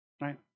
Right